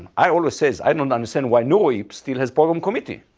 i always say, i don't understand why neurips still has program committee,